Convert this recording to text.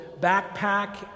backpack